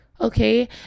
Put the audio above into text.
okay